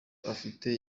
afite